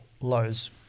lows